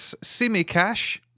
Simicash